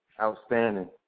outstanding